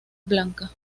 blanca